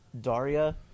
Daria